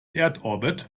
erdorbit